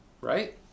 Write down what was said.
right